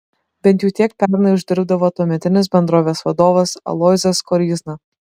bent jau tiek pernai uždirbdavo tuometinis bendrovės vadovas aloyzas koryzna